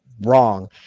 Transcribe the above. wrong